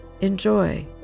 enjoy